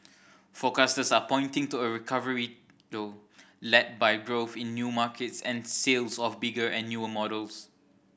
forecasters are pointing to a recovery though led by growth in new markets and sales of bigger and newer models